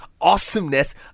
awesomeness